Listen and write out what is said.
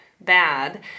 bad